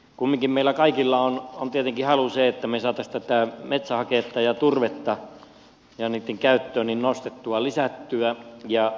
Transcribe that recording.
kumminkin meillä kaikilla on tietenkin halu se että me saisimme metsähakkeen ja turpeen käyttöä nostettua ja lisättyä